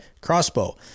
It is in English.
crossbow